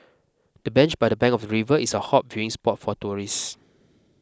the bench by the bank of the river is a hot viewing spot for tourists